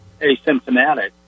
asymptomatic